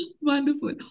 Wonderful